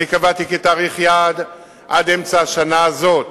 אני קבעתי כתאריך יעד עד אמצע השנה הזאת